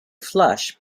flush